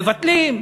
מבטלים.